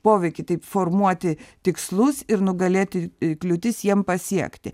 poveikį taip formuoti tikslus ir nugalėti kliūtis jiem pasiekti